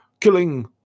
killing